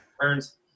Burns